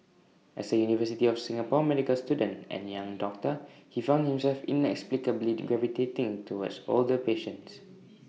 as A university of Singapore medical student and young doctor he found himself inexplicably gravitating towards older patients